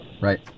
right